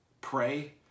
pray